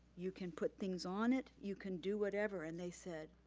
you can put things on it, you can do whatever. and they said,